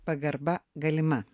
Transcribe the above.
pagarba galima